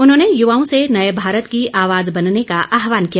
उन्होंने युवाओं से नए भारत की आवाज बनने का आहवान किया